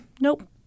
Nope